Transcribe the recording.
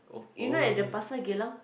you know at the Pasar-Geylang